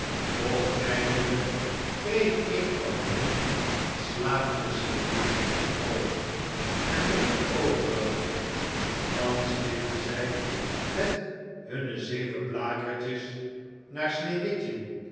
doch eindelijk kreeg een van hen het slapende sneeuwwitje in het oog en riep de overigen thans lichtten zij met hunne zeven blakertjes naar sneeuwwitje